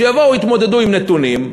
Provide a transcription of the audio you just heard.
שיבואו, יתמודדו עם נתונים.